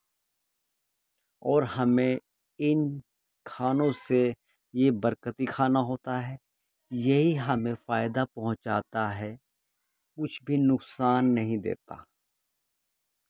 اور ہمیں ان کھانوں سے یہ برکتی کھانا ہوتا ہے یہی ہمیں فائدہ پہنچاتا ہے کچھ بھی نقصان نہیں دیتا